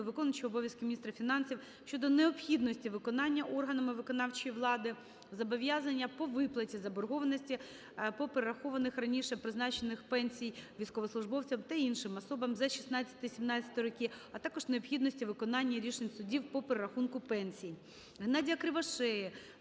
виконувача обов'язків міністра фінансів щодо необхідності виконання органами виконавчої влади зобов'язання по виплаті заборгованості по перерахованих раніше призначених пенсій військовослужбовцям та іншим особам за 2016-2017 роки, а також необхідності виконання рішень судів по перерахунку пенсій. Геннадія Кривошеї